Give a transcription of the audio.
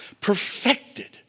Perfected